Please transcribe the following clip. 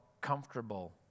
comfortable